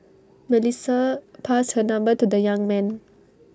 Melissa passed her number to the young man